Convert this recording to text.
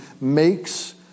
makes